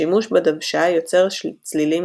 השימוש בדוושה יוצר צלילים